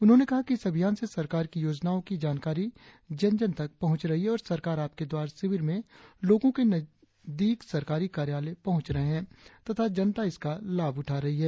उन्होंने कहा कि इस अभियान से सरकार की योजनाओ की जानकारी जन जन तक पहुँच रही है और सरकार आपके द्वार शिविर में लोगो के नजदीक सरकारी कार्यालय पहुँच रहे है तथा जनता इसका लाभ उठा रही है